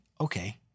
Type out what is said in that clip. okay